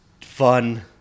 fun